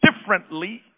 differently